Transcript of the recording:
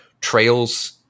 trails